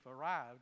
arrived